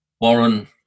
Warren